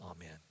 Amen